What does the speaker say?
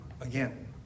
again